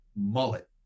mullet